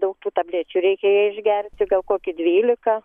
daug tų tablečių reikia jei išgerti gal kokį dvylika